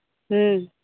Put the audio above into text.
ᱦᱮᱸ